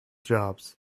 jobs